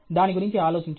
దాని గురించి ఆలోచించు